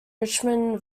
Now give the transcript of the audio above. richmond